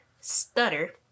Stutter